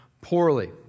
Poorly